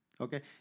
okay